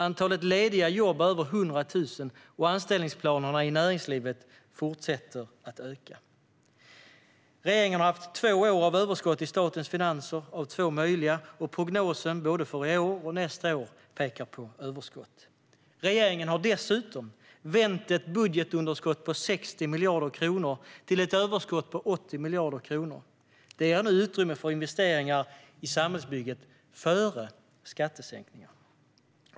Antalet lediga jobb är över 100 000, och anställningsplanerana i näringslivet fortsätter att öka. Regeringen har haft två år av överskott i statens finanser av två möjliga, och prognosen för både i år och nästa år pekar på överskott. Regeringen har dessutom vänt ett budgetunderskott på 60 miljarder kronor till ett överskott på 80 miljarder kronor. Det ger nu utrymme för investeringar i samhällsbygget före skattesänkningar.